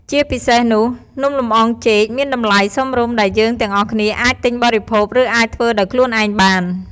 ជាពិសេសនោះ នំលម្អងចេកមានតម្លៃសមរម្យដែលយើងទាំងអស់គ្នាអាចទិញបរិភោគ ឬអាចធ្វើដោយខ្លួនឯងបាន។